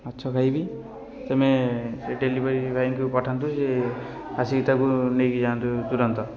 ମାଛ ଖାଇବି ତୁମେ ଡେଲିଭରି ଭାଇଙ୍କୁ ପଠାନ୍ତୁ ସେ ଆସିକି ତାକୁ ନେଇକି ଯାଆନ୍ତୁ ତୁରନ୍ତ